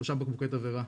שלושה בקבוקי תבערה.